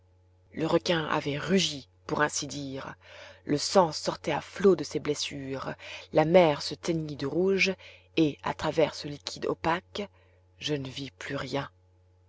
le requin avait rugi pour ainsi dire le sang sortait à flots de ses blessures la mer se teignit de rouge et à travers ce liquide opaque je ne vis plus rien